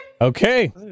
Okay